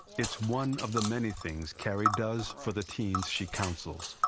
it's one of the many things caheri does for the teens she counsels.